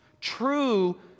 true